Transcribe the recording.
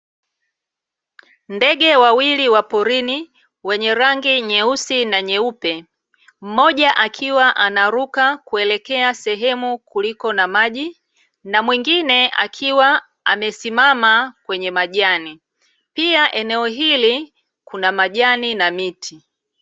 Ndege wawili wa porini wenye rangi nyeusi na nyeupe, mmoja akiwa anaruka kuelekea sehemu kuliko na maji, na mwingine akiwa amesimama kwenye majani, pia eneo hili kuna majani na miti.